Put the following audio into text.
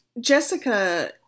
Jessica